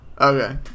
Okay